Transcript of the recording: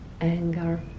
anger